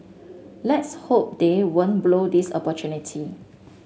let's hope they won't blow this opportunity